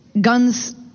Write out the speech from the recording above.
Guns